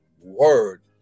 word